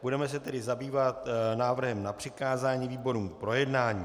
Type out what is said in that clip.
Budeme se tedy zabývat návrhem na přikázání výborům k projednání.